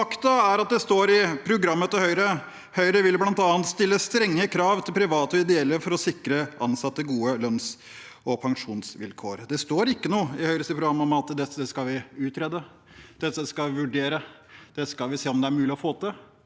Faktum er at det står i programmet til Høyre at Høyre bl.a. vil stille strenge krav til private og ideelle for å sikre ansatte gode lønns- og pensjonsvilkår. Det står ikke noe i Høyres program om at dette skal man utrede, dette skal man vurdere, og dette skal man se om er mulig å få til.